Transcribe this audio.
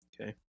Okay